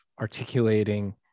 articulating